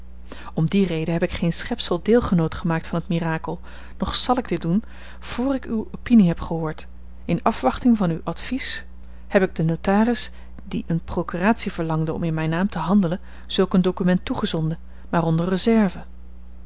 om die reden heb ik geen schepsel deelgenoot gemaakt van het mirakel noch zal dit doen voor ik uwe opinie heb gehoord in afwachting van uw advies heb ik den notaris die eene procuratie verlangde om in mijn naam te handelen zulk een document toegezonden maar onder reserve